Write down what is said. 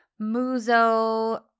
Muzo